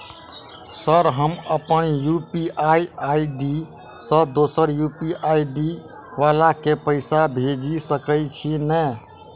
Sir हम अप्पन UPI ID सँ दोसर यु.पी.आई आई.डी वला केँ पैसा भेजि सकै छी नै?